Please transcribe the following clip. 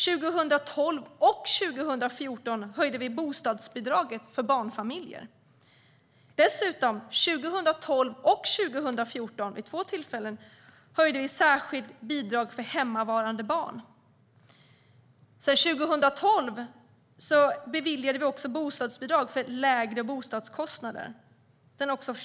2012 och 2014 höjde vi bostadsbidraget för barnfamiljer. Vid två tillfällen, 2012 och 2014, höjde vi dessutom det särskilda bidraget för hemmavarande barn. 2012 beviljade vi också bostadsbidrag för lägre bostadskostnader.